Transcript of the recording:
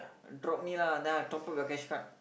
drop me lah then I top up your cash card